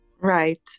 right